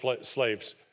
slaves